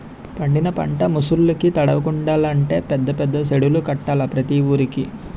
పండిన పంట ముసుర్లుకి తడవకుండలంటే పెద్ద పెద్ద సెడ్డులు కట్టాల ప్రతి వూరికి